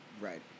Right